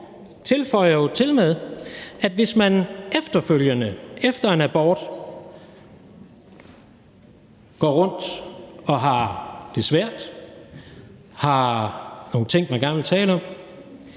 tilføjer tilmed, at hvis man efterfølgende, efter en abort, går rundt og har det svært, har nogle ting, man gerne vil tale om,